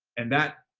and that,